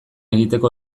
egiteko